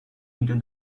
into